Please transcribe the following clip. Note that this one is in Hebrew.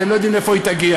אתם לא יודעים לאיפה היא תגיע.